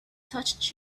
touched